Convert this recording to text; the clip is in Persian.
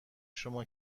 شما